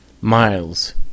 Miles